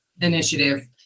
initiative